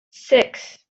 six